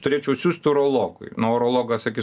turėčiau siųst urolo nu urologas akis